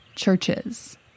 churches